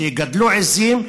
שיגדלו עיזים.